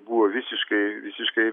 buvo visiškai visiškai